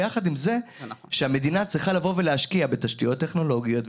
ביחד עם זה שהמדינה צריכה להשקיע בתשתיות טכנולוגיות,